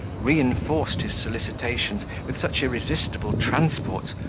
reinforced his solicitations with such irresistible transports,